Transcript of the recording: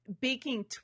baking